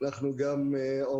אנחנו גם עומדים